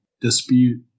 dispute